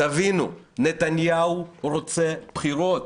תבינו, נתניהו רוצה בחירות.